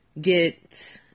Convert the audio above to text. get